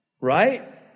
Right